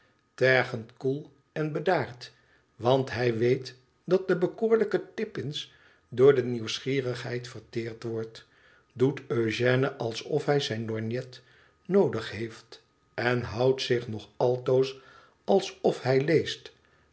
tergend koel en bedaard want hij weet dat de bekoorlijke tippins door nieuwsgierigheid verteerd wordt doet eugène alsof hij zijn lorgnet noodig heeft en houdt zich nog altoos alsof hij leest